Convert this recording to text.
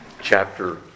chapter